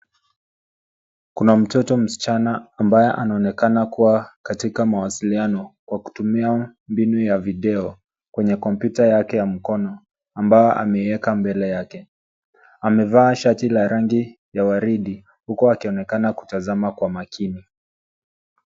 Kuna mtoto msichana ambaye anaonekana kuwa katika mawasiliano kwa kutumia mbinu ya video kwenye kompyuta yake ya mkono ambao ameieka mbele yake. Amevaa shati la rangi ya waridi uku akionekana kutazama kwa makini.